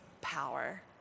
power